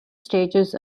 stages